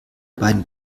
beiden